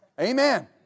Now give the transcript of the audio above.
Amen